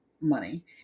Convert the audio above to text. money